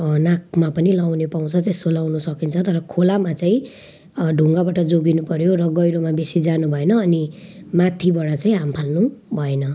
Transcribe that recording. नाकमा पनि लगाउने पाउँछ त्यस्तो लगाउन सकिन्छ तर खोलामा चाहिँ ढुङ्गाबाट जोगिनुपर्यो र गहिरोमा बेसी जानु भएन अनि माथिबाट चाहिँ हामफाल्नु भएन